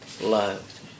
loved